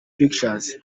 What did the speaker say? pictures